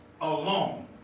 alone